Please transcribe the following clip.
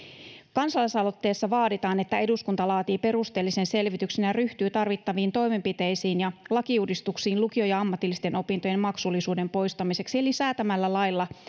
kansalaisaloitteessa vaaditaan että eduskunta laatii perusteellisen selvityksen ja ryhtyy tarvittaviin toimenpiteisiin ja lakiuudistuksiin lukion ja ammatillisten opintojen maksullisuuden poistamiseksi eli säätää lailla